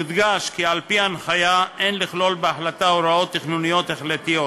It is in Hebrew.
יודגש כי על-פי ההנחיה אין לכלול בהחלטה הוראות תכנוניות החלטיות